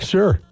Sure